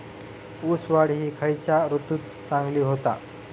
ऊस वाढ ही खयच्या ऋतूत चांगली होता?